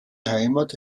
heimat